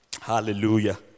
Hallelujah